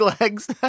legs